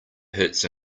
hurts